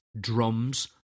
Drums